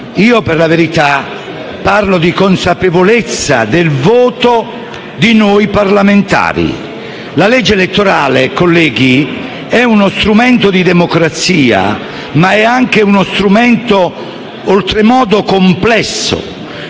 io, per la verità, parlo di consapevolezza del voto di noi parlamentari. La legge elettorale, colleghi, è uno strumento di democrazia, ma è anche un provvedimento oltremodo complesso,